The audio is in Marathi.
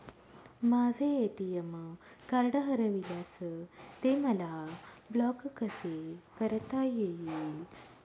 माझे ए.टी.एम कार्ड हरविल्यास ते मला ब्लॉक कसे करता येईल?